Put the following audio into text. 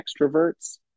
extroverts